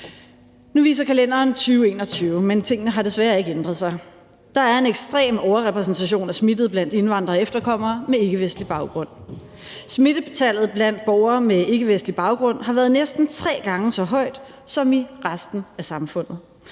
Nu viser kalenderen 2021, men tingene har desværre ikke ændret sig. Der er en ekstrem overrepræsentation af smittede blandt indvandrere og efterkommere med ikkevestlig baggrund. Smittetallet blandt borgere med ikkevestlig baggrund har været næsten tre gange så højt som i resten af samfundet.